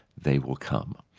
they will come.